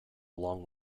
along